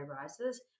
rises